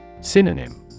Synonym